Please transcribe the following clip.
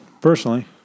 personally